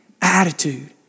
attitude